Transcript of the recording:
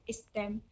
stem